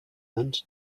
and